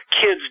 kids